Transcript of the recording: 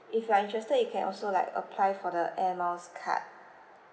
if you are interested you can also like apply for the air miles card